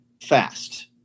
fast